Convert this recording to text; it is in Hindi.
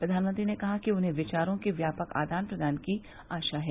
प्रधानमंत्री ने कहा कि उन्हे विचारों के व्यापक आदान प्रदान की आशा है